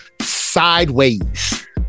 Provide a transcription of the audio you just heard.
Sideways